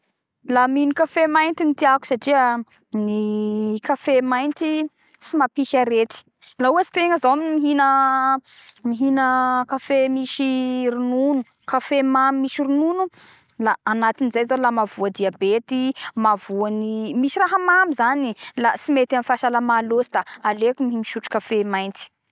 La mino cafe mainty tiako satria ny cafe mainty sy mapisy arety la ohatsy tegna zao mihina mihina cafe misy ronono cafe mamy misy ronono la agnatiny zay zao la misy diabeta mahavoany misy raha mamy zany la tsy mety amy fahasalama lotsy la aleoko misotro cafe mainty